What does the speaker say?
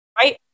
right